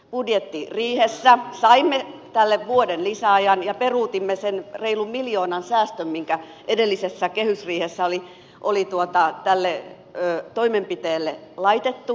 budjettiriihessä saimme tälle vuoden lisäajan ja peruutimme sen reilun miljoonan säästön mikä edellisessä kehysriihessä oli tälle toimenpiteelle laitettu